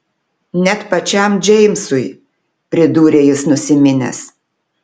net pačiam džeimsui pridūrė jis nusiminęs